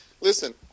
Listen